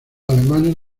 alemanes